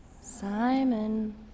Simon